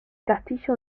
castillo